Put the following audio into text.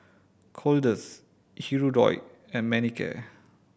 Kordel's Hirudoid and Manicare